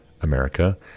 America